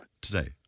Today